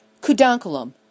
Kudankulam